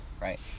right